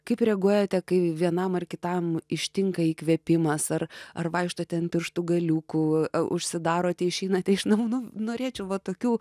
kaip reaguojate kai vienam ar kitam ištinka įkvėpimas ar ar vaikštote ant pirštų galiukų užsidarote išeinate iš namų nu norėčiau va tokių